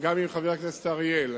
גם עם חבר הכנסת אריאל.